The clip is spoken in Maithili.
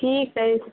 ठीक अछि